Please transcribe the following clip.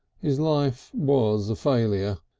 his life was a failure,